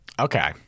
Okay